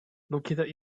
located